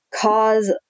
cause